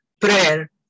prayer